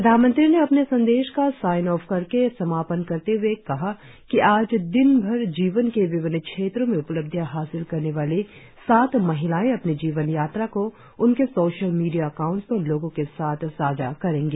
प्रधानमंत्री ने अपने संदेश का साइन ऑफ करके समापन करते हुए कहा कि आज दिन भर जीवन के विभिन्न क्षेत्रों में उपलब्धियां हासिल करने वाली सात महिलायें अपनी जीवन यात्रा को उनके सोशल मीडिया एकाउंट्स पर लोगों के साथ साझा करेंगी